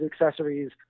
accessories